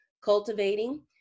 cultivating